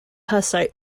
hussite